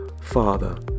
Father